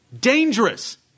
dangerous